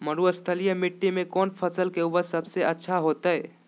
मरुस्थलीय मिट्टी मैं कौन फसल के उपज सबसे अच्छा होतय?